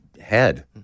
head